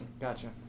Gotcha